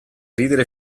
ridere